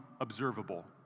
observable